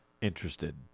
interested